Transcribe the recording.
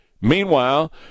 Meanwhile